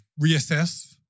reassess